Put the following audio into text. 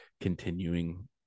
continuing